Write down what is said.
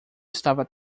estava